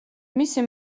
მისი